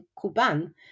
Cuban